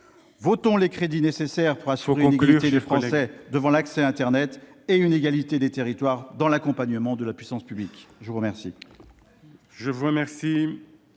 Votons les crédits nécessaires pour assurer une égalité des Français devant l'accès à internet, et une égalité des territoires dans l'accompagnement de la puissance publique. Très bien